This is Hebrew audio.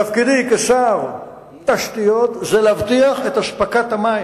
תפקידי כשר תשתיות זה להבטיח את אספקת המים.